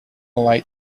late